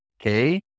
okay